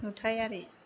नुथायारि